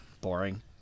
boring